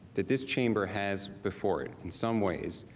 that this chamber has before it, in some ways,